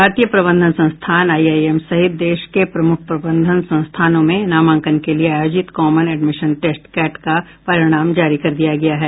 भारतीय प्रबंधन संस्थान आईआईएम सहित देश के प्रमुख प्रबंधन संस्थानों में नामांकन के लिये आयोजित कॉमन एडमिशन टेस्ट कैट का परिणाम जारी कर दिया गया है